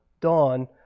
dawn